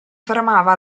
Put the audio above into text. fermava